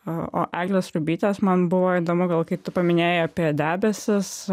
o o eglės rubytės man buvo įdomu gal kai tu paminėjai apie debesis